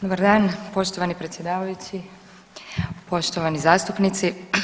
Dobar dan poštovani predsjedavajući, poštovani zastupnici.